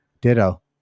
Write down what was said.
Ditto